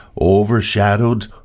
overshadowed